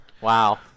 Wow